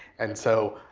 and so,